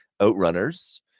outrunners